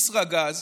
ישראגז,